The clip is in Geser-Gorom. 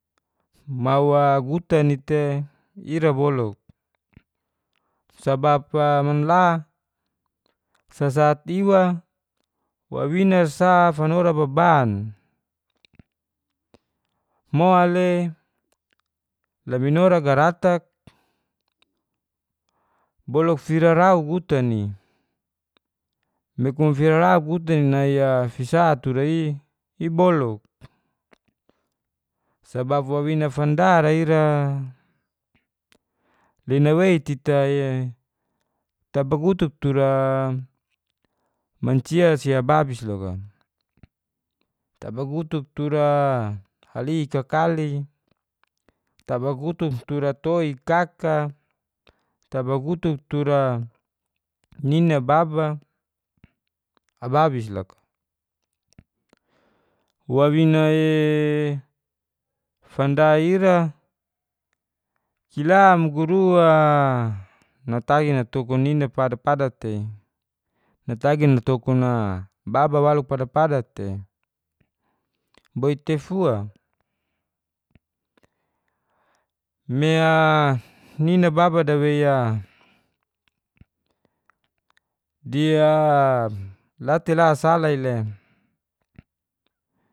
Mau a gutan i te ira boluk sabab a man la sasat iwa wawina sa fanora baban mo le laminora garatak boluk firarau gutan i me kumu firarau gutan i nai a fisa tura i i boluk. sabab wawina fanda ra ira le nawei tita e tabagutuk tura mancia si ababis loka. tabagutuk tura halik kakali, tabagatuk tura toi, kaka, tabagutuk tura nina, baba, ababis loka. wawina e fanda ira kila muguru a natagi natokun nina padapada tei, natagi natokun a baba waluk padapada tei boit tei fua me a nina baba dawei a di a la te la sala le